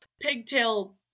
pigtail